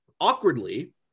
awkwardly